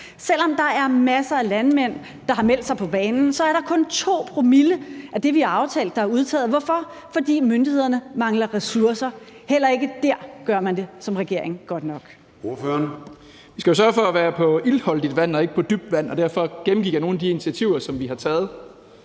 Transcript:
Selv om der er masser af landmænd, der har meldt sig på banen, er det kun 2 promille af det, vi har aftalt, der er udtaget. Hvorfor? Fordi myndighederne mangler ressourcer. Heller ikke dér gør man det som regering godt nok. Kl. 09:47 Formanden (Søren Gade): Ordføreren. Kl. 09:47 Christian Rabjerg Madsen (S): Vi skal jo sørge for at være på iltholdigt vand og ikke på dybt vand, og derfor gennemgik jeg nogle af de initiativer, som vi har taget.